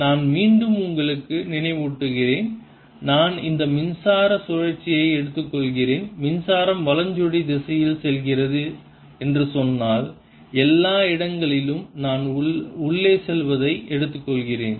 நான் மீண்டும் உங்களுக்கு நினைவூட்டுகிறேன் நான் இந்த மின்சார சுழற்சியை எடுத்துக்கொள்கிறேன் மின்சாரம் வலஞ்சுழி திசையில் செல்கிறது என்று சொன்னால் எல்லா இடங்களிலும் நான் உள்ளே செல்வதை எடுத்துக்கொள்கிறேன்